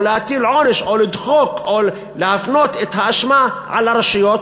להטיל עונש או לדחוק או להפנות את האשמה לרשויות,